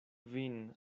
vin